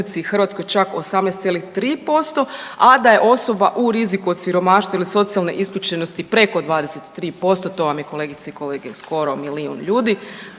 u RH čak 18,3%, a da je osoba u riziku od siromaštva ili socijalne isključenosti preko 23%, to vam je, kolegice i kolege, skoro milijun ljudi,